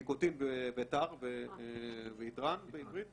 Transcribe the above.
ניקוטין ויתרן.